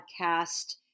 podcast